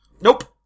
Nope